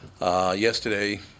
Yesterday